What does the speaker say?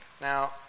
Now